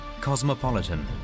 cosmopolitan